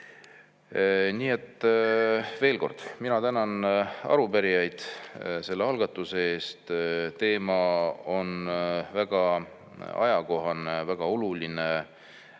Veel kord, mina tänan arupärijaid selle algatuse eest. Teema on väga ajakohane, väga oluline.